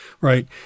right